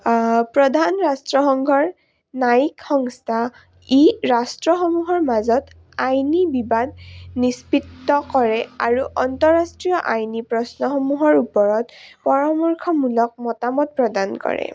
প্ৰধান ৰাষ্ট্ৰসংঘৰ ন্যায়িক সংস্থা ই ৰাষ্ট্ৰসমূহৰ মাজত আইনী বিবাদ নিষ্পিত কৰে আৰু অন্তঃৰাষ্ট্ৰীয় আইনী প্ৰশ্নসমূহৰ ওপৰত পৰামৰ্শমূলক মতামত প্ৰদান কৰে